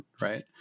right